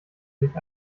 sich